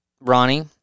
Ronnie